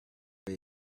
her